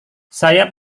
saya